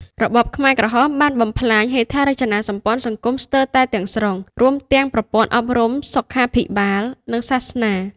របបខ្មែរក្រហមបានបំផ្លាញហេដ្ឋារចនាសម្ព័ន្ធសង្គមស្ទើរទាំងស្រុង រួមទាំងប្រព័ន្ធអប់រំ សុខាភិបាល និងសាសនា។